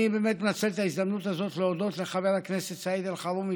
אני באמת מנצל את ההזדמנות הזאת להודות לחבר הכנסת סעיד אלחרומי,